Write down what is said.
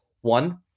one